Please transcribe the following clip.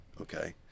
Okay